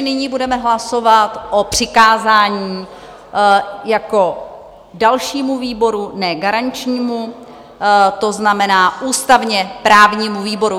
Nyní budeme hlasovat o přikázání jako dalšímu výboru, ne garančnímu, to znamená ústavněprávnímu výboru.